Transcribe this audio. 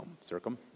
circum